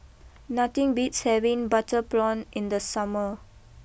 nothing beats having Butter Prawn in the summer